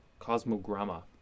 Cosmogramma